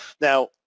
Now